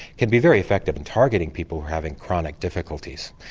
can be very effective in targeting people who are having chronic difficulties.